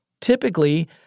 Typically